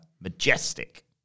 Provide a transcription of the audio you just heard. majestic